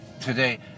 today